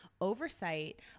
oversight